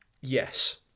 Yes